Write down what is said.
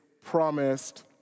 promised